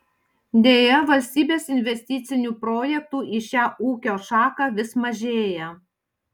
deja valstybės investicinių projektų į šią ūkio šaką vis mažėja